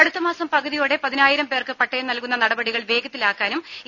അടുത്തമാസം പകുതിയോടെ പതിനായിരം പേർക്ക് പട്ടയം നൽകുന്ന നടപടികൾ വേഗത്തിലാക്കാനും ഇ